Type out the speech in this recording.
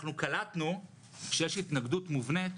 אנחנו קלטנו שיש התנגדות מובנית